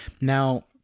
Now